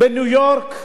בניו-יורק,